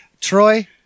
Troy